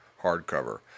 hardcover